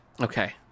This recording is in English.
Okay